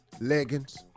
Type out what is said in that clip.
Leggings